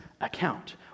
account